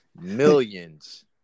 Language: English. millions